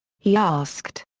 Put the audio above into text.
he asked.